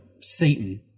Satan